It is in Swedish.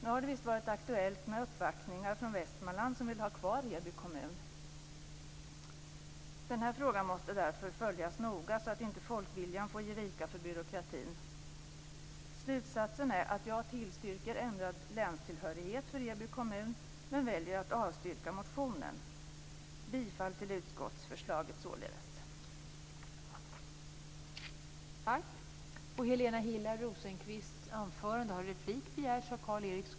Nu har det visst varit aktuellt med uppvaktningar från Västmanland som vill ha kvar Heby kommun. Den här frågan måste därför följas noga så att inte folkviljan får ge vika för byråkratin. Slutsatsen är att jag tillstyrker ändrad länstillhörighet för Heby kommun, men väljer att avstyrka motionen. Bifall till utskottsförslaget således.